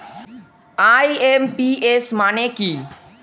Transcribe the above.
IMPS মানে কি?